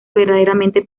verdaderamente